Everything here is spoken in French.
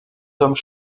hommes